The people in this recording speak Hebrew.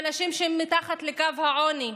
אנשים שהם מתחת לקו העוני,